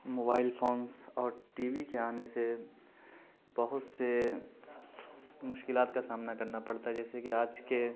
mobile phones اور TV کے آنے سے بہت سے مشکلات کا سامنا کرنا پڑتا ہے جیسے کہ آج کے